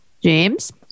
james